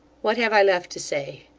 what have i left to say?